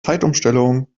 zeitumstellung